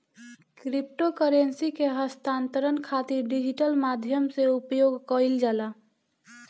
crypto currency के हस्तांतरण खातिर डिजिटल माध्यम से उपयोग कईल जाला